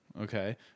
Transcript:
okay